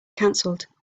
cancelled